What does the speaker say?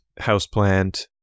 houseplant